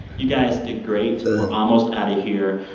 you guys did great. we're almost out of here.